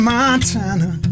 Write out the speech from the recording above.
Montana